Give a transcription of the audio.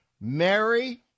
Mary